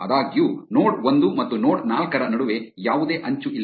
ಆದಾಗ್ಯೂ ನೋಡ್ ಒಂದು ಮತ್ತು ನೋಡ್ ನಾಲ್ಕರ ನಡುವೆ ಯಾವುದೇ ಅಂಚು ಇಲ್ಲ